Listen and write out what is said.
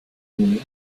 cleaning